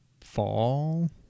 fall